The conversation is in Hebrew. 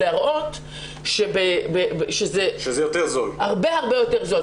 להראות שזה הרבה יותר זול.